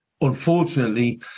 unfortunately